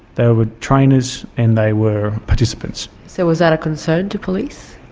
they were trainers, and they were participants. so was that a concern to police?